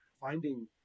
finding